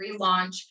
relaunch